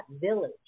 Village